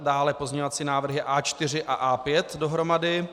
Dále pozměňovací návrhy A4 a A5 dohromady.